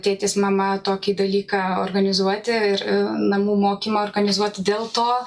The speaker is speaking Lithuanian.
tėtis mama tokį dalyką organizuoti ir namų mokymą organizuot dėl to